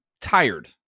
tired